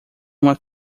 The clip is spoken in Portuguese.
uma